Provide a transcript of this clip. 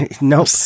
Nope